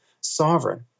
sovereign